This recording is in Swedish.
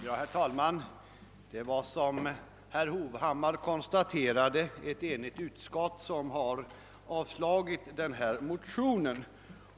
Herr talman! Det är, som herr Hovhammar konstaterade, ett enigt utskott som har avslagit denna motion.